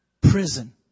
prison